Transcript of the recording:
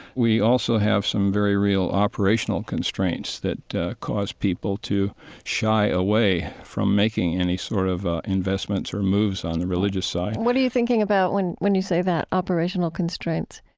we also have some very real operational constraints that cause people to shy away from making any sort of investments or moves on the religious side what are you thinking about when when you say that, operational constraints?